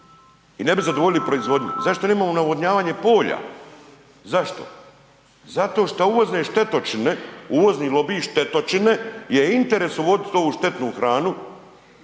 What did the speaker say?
I ne bi zadovoljili proizvodnju. Zašto nemamo navodnjavanje polja? Zašto? Zato što uvozne štetočine, uvozni lobiji, štetočine je u interesu uvoziti ovu štetnu hranu